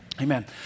Amen